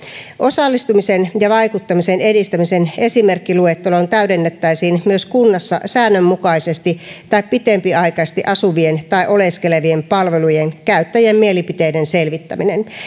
osallistumisen ja vaikuttamisen edistämisen esimerkkiluetteloon täydennettäisiin myös kunnassa säännönmukaisesti tai pitempiaikaisesti asuvien tai oleskelevien palvelujen käyttäjien mielipiteiden selvittäminen